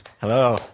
Hello